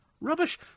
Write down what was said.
rubbish